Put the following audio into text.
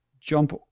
jump